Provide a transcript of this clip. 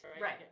Right